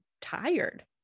tired